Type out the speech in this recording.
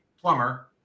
plumber